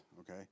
okay